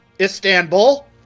Istanbul